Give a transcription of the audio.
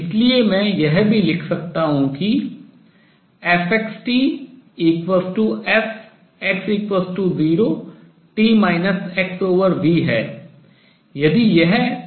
इसलिए मैं यह भी लिख सकता हूँ कि fxtfx0t xv है यदि यह दाईं ओर यात्रा कर रहा है